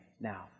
now